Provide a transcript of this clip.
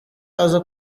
aza